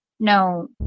No